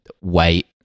wait